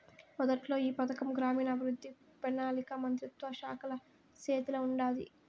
మొదట్ల ఈ పథకం గ్రామీణాభవృద్ధి, పెనాలికా మంత్రిత్వ శాఖల సేతిల ఉండాది